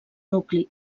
nucli